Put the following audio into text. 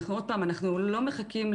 עוד פעם, אנחנו לא מחכים.